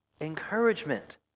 encouragement